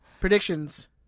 Predictions